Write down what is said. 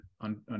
on